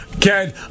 Ken